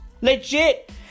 Legit